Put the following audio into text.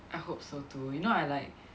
I hope so too you know I like